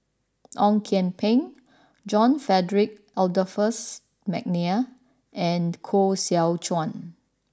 Ong Kian Peng John Frederick Adolphus McNair and Koh Seow Chuan